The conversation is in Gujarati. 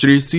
શ્રી સી